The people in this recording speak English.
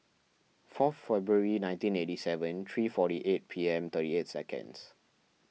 fourth February nineteen eighty seven three forty eight P M thirty eight seconds